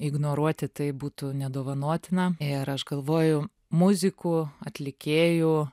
ignoruoti tai būtų nedovanotina ir aš galvojau muzikų atlikėjų